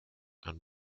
and